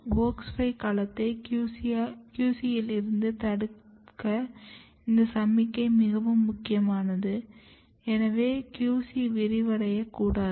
WOX 5 களத்தை QC யிலிருந்து தடுக்க இந்த சமிக்ஞை மிகவும் முக்கியமானது எனவே QC விரிவடையக் கூடாது